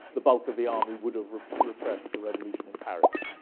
the bulk of the army would have repressed the revolution in paris.